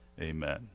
Amen